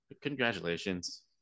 Congratulations